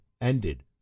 ended